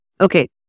Okay